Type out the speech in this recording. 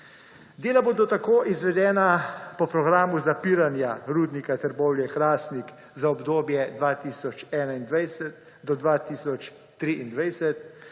Dela bodo tako izvedena po programu zapiranja Rudnika Trbovlje-Hrastnik za obdobje 2021–2023,